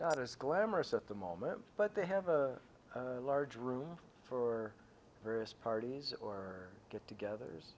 not as glamorous at the moment but they have a large room for various parties or get togethers